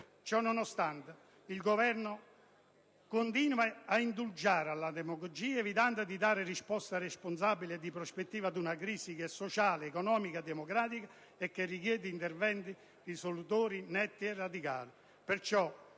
Ciononostante, il Governo continua ad indulgere alla demagogia, evitando di dare risposte responsabili e di prospettiva ad una crisi che è sociale, economica e democratica, la quale richiede interventi risolutori netti e radicali.